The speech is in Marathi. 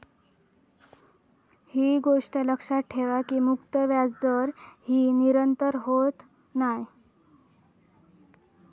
ही गोष्ट लक्षात ठेवा की मुक्त व्याजदर ही निरंतर होत नाय